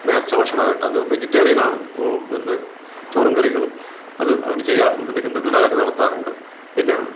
നേർച്ച ഭക്ഷണമായിട്ട് അത് വെജിറ്റേറിയൻ ആണ് പിന്നെ ചോറും കറികളും അത് അവർ ചെയ്യാ പിന്നെ ഹിന്ദുക്കളുടെ ആയിട്ട് നടത്താറുണ്ട് പിന്നെ